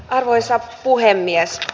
arvoisa puhemies